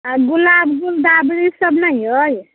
आ गुलाब गुलदाबरी सब नहि अइ